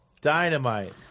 Dynamite